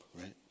right